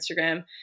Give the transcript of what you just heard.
Instagram